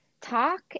talk